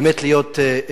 באמת להיות קצר